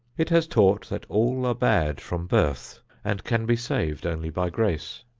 it has taught that all are bad from birth and can be saved only by grace.